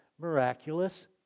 miraculous